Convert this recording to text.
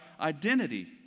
identity